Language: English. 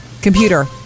computer